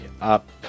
up